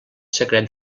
secret